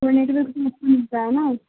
کونے کے ا ملتا ہے نا